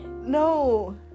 no